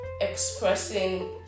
expressing